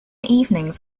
evenings